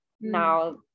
now